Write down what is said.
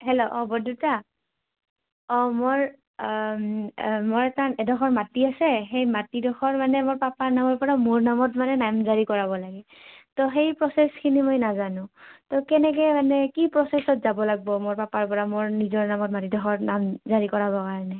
hello অঁ বৰদেউতা অঁ মোৰ মোৰ এটা এডখৰ মাটি আছে সেই মাটিডখৰ মানে মোৰ পাপাৰ নামৰ পৰা মোৰ নামত মানে নামজাৰি কৰাব লাগে ত' সেই প্ৰচেছখিনি মই নাজানো তো কেনেকৈ মানে কি প্ৰচেছত যাব লাগিব মোৰ পাপাৰ পৰা মোৰ নিজৰ নামত মাটিডখৰ নামজাৰি কৰাব কাৰণে